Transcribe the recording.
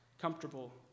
comfortable